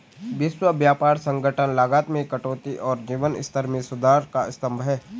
विश्व व्यापार संगठन लागत में कटौती और जीवन स्तर में सुधार का स्तंभ है